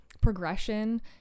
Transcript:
progression